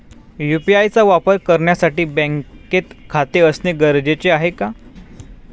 UPI चा वापर करण्यासाठी बँकेत खाते असणे गरजेचे आहे का?